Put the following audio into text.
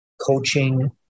coaching